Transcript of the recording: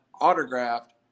autographed